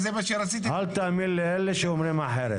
אל תאמין לאלה שאומרים אחרת.